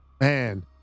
man